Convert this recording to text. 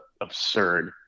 absurd